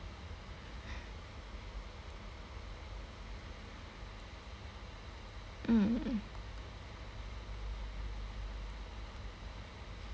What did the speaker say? mm mm